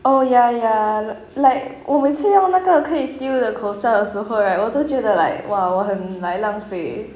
oh ya ya like 我们是用那个可以丢的口罩的时候 right 我都觉得 like !wow! 我很 like 浪费